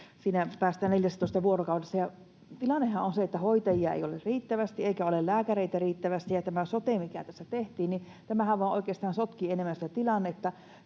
että päästään 14 vuorokaudessa. Tilannehan on se, että hoitajia ei ole riittävästi eikä ole lääkäreitä riittävästi, ja tämä sote, mikä tässä tehtiin, tämähän vain